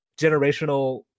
generational